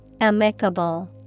amicable